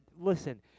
listen